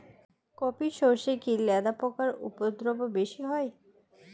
কোপ ই সরষে কি লেদা পোকার উপদ্রব বেশি হয়?